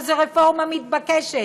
שזו רפורמה מתבקשת,